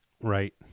right